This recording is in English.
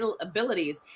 abilities